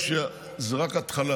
צריך להבין שזו רק התחלה.